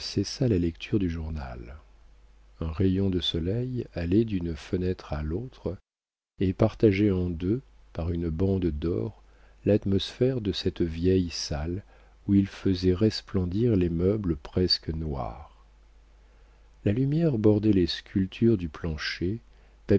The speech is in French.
cessa la lecture du journal un rayon de soleil allait d'une fenêtre à l'autre et partageait en deux par une bande d'or l'atmosphère de cette vieille salle où il faisait resplendir les meubles presque noirs la lumière bordait les sculptures du plancher